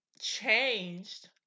changed